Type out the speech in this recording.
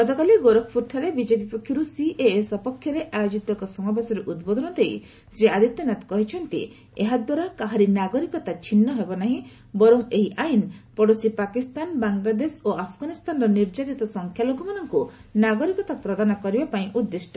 ଗତକାଲି ଗୋରଖପୁର ଠାରେ ବିଜେପି ପକ୍ଷରୁ ସିଏଏ ସପକ୍ଷରେ ଆୟୋଜିତ ଏକ ସମାବେଶରେ ଉଦ୍ବୋଧନ ଦେଇ ଶ୍ରୀ ଆଦିତ୍ୟନାଥ କହିଛନ୍ତି ଏହାଦ୍ୱାରା କାହାରି ନାଗରିକତା ଛିନ୍ନ ହେବ ନାହିଁ ବରଂ ଏହି ଆଇନ ପଡୋଶୀ ପାକିସ୍ତାନ ବାଂଲାଦେଶ ଓ ଆଫଗାନିସ୍ଥାନର ନିର୍ଯାତିତ ସଂଖ୍ୟାଲଘୁମାନଙ୍କୁ ନାଗରିକତା ପ୍ରଦାନ କରିବା ପାଇଁ ଉଦିଷ୍ଟ